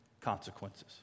consequences